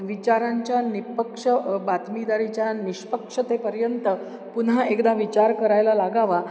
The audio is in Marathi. विचारांच्या निष्पक्ष बातमीदारीच्या निष्पक्षतेपर्यंत पुन्हा एकदा विचार करायला लागावा